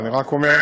אני רק אומר,